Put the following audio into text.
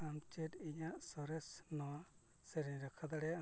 ᱟᱢ ᱪᱮᱫ ᱤᱧᱟᱹᱜ ᱥᱚᱨᱮᱥ ᱱᱚᱣᱟ ᱥᱮᱨᱮᱧ ᱨᱟᱠᱷᱟ ᱫᱟᱲᱮᱭᱟᱜ ᱟᱢ